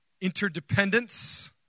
interdependence